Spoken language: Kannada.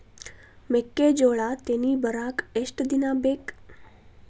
ಮೆಕ್ಕೆಜೋಳಾ ತೆನಿ ಬರಾಕ್ ಎಷ್ಟ ದಿನ ಬೇಕ್?